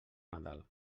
nadal